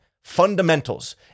fundamentals